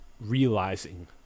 realizing